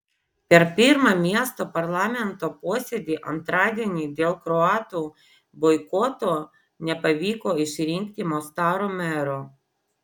per pirmą miesto parlamento posėdį antradienį dėl kroatų boikoto nepavyko išrinkti mostaro mero